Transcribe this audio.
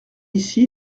ici